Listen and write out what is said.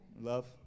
love